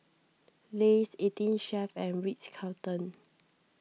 Lays eighteen Chef and Ritz Carlton